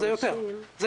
וזה אף יותר.